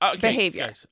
behavior